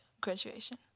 graduation